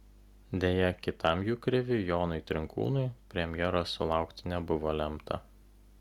deja kitam jų kriviui jonui trinkūnui premjeros sulaukti nebuvo lemta